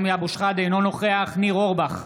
אינו נוכח ניר אורבך,